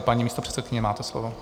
Paní místopředsedkyně, máte slovo.